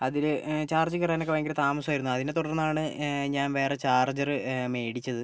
അതില് ചാർജ് കയറാനൊക്കെ ഭയങ്കര താമസമായിരുന്നു അതിനെ തുടർന്നാണ് ഞാൻ വേറെ ചാർജറ് മേടിച്ചത്